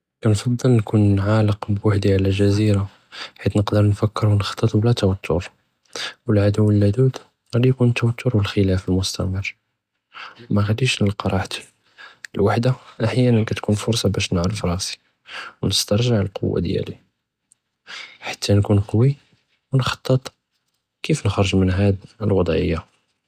כנפצ׳ל נכּוּן עאלֶק בּוּחְדִי עלא גְ׳זִירַה חִית נְקְדֶּר נְפַכֶּּר וּנְחַ׳טֶּט בְּלַא תְוַתֻּר וְאַלְעַדוּ אללַדּוּד עַאדִי יְכוּן אִתְּוַתֻּר וְאלְחִ׳לַאף אלמֻסְתַמִר וּמַא עַאדִיש נְלְקַא רַאחְתִי، אלוּחְדַה אַחְיַאנַאן כַּתוּכּוּן פֻרְצַה בַּאש נְעְרֶף ראסי וּנְסְתַרְגֵ׳ע לְקּוּוַה דִיַאלִי חַתַּא נְכוּן קַוִי וּנְחַ׳טֶּט כִּיף נְחוּרְג מִן הַאד לוּצְ׳עִיַּה.